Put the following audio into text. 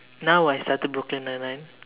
now I started Brooklyn nine-nine